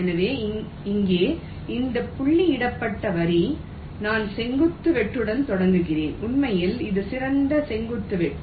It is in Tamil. எனவே இங்கே இந்த புள்ளியிடப்பட்ட வரி நான் செங்குத்து வெட்டுடன் தொடங்குகிறேன் உண்மையில் இது சிறந்த செங்குத்து வெட்டு